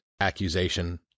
accusation